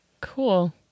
Cool